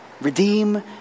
redeem